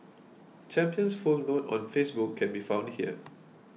Champion's full note on Facebook can be found here